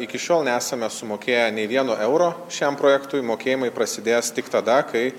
iki šiol nesame sumokėję nei vieno euro šiam projektui mokėjimai prasidės tik tada kai